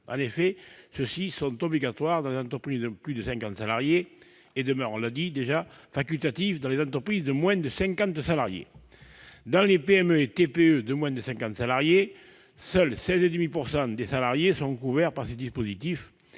En effet, ceux-ci sont obligatoires dans les entreprises de plus de 50 salariés et demeurent facultatifs dans les entreprises de moins de 50 salariés. Dans les PME et TPE de moins de 50 salariés, seuls 16,5 % des salariés sont couverts par ces dispositifs